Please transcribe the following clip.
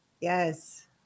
Yes